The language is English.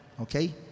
Okay